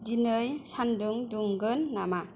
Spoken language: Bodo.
दिनै सान्दुं दुंगोन नामा